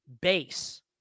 base